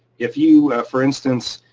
if you. for instance,